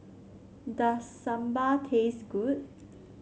does Sambar taste good